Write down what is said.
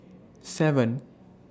seven